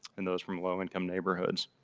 and those from low income neighborhoods.